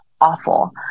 awful